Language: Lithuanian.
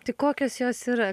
tai kokios jos yra